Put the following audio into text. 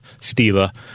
Stila